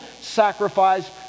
sacrifice